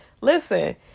listen